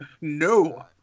no